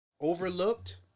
overlooked